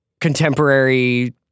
contemporary